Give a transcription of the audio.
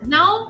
Now